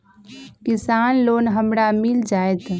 किसान लोन हमरा मिल जायत?